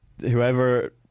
whoever